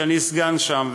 שאני סגן שם,